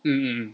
mm mm